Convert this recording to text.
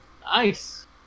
Nice